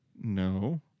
No